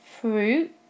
Fruit